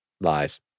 lies